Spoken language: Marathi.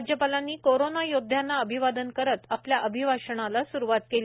राज्यपालांनी कोरोना योद्ध्यांना अभिवादन करत आपल्या अभिभाषणाला स्रुवात केली